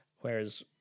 Whereas